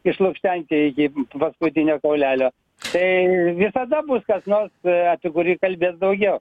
išlukštenti iki paskutinio kaulelio tai visada bus kas nors apie kurį kalbės daugiau